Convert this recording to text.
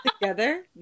together